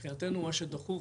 מבחינתנו מה שדחוף